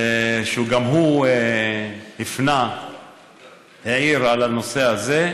שגם הוא העיר על הנושא הזה,